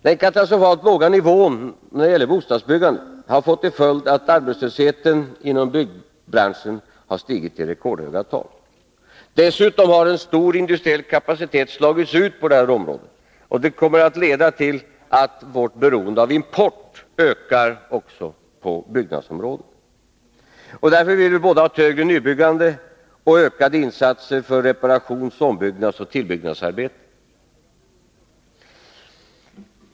Den katastrofalt låga nivån på bostadsbyggandet har fått till följd att arbetslösheten inom byggbranschen har stigit till rekordhöga tal. Omfattande industriell kapacitet har slagits ut, vilket kommer att leda till att importberoendet ökar också på byggnadsområdet. Därför vill vi ha ett högre nybyggande och ökade insatser för reparations-, ombyggnadsoch tillbyggnadsarbeten.